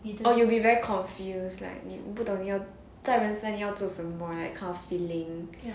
or you will be very confused like 你不懂你要在人生要做什么 right that kind of thing